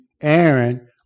Aaron